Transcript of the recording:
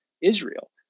Israel